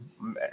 man